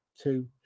two